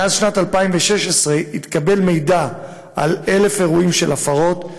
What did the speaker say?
מאז שנת 2016 התקבל מידע על 1,000 אירועים של הפרות,